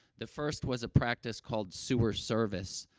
the first was a practice called sewer service,